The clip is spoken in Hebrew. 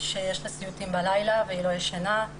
שיש לה סיוטים בלילה והיא לא ישנה,